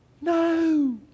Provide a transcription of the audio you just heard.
No